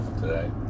today